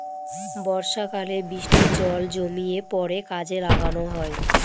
বর্ষাকালে বৃষ্টির জল জমিয়ে পরে কাজে লাগানো হয়